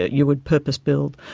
you would purpose-build.